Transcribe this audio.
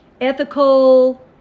ethical